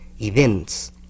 events